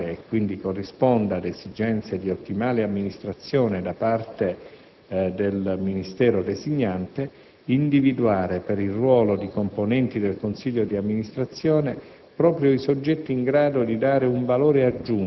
è chiaro come sia pienamente funzionale - e quindi corrisponda ad esigenze di ottimale amministrazione da parte del Ministero designante - individuare per il ruolo di componenti del consiglio d'amministrazione